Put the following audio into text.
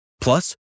Plus